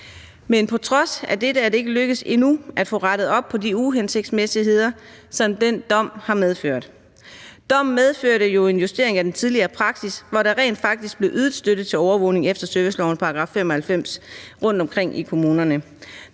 Men på trods af dette er det ikke lykkedes endnu at få rettet op på de uhensigtsmæssigheder, som den dom har medført. Dommen medførte jo en justering af den tidligere praksis, hvor der rent faktisk blev ydet støtte til overvågning efter servicelovens § 95 rundtomkring i kommunerne.